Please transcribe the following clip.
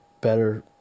better